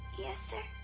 yes sir.